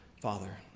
Father